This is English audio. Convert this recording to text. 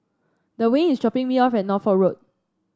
Dwayne is dropping me off at Norfolk Road